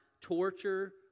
torture